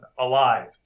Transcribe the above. alive